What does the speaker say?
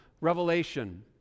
revelation